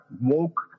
woke